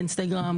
אינסטגרם,